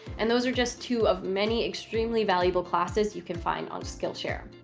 and those are just two of many extremely valuable classes you can find on skillshare.